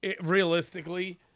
Realistically